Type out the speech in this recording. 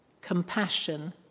compassion